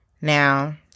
now